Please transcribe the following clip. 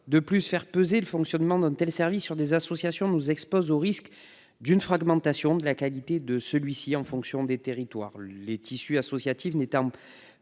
De plus, faire peser le fonctionnement d'un tel service sur des associations nous expose au risque d'une fragmentation de la qualité de celui-ci en fonction des territoires, les tissus associatifs n'étant